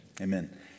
Amen